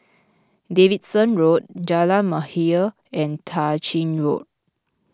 Davidson Road Jalan Mahir and Tah Ching Road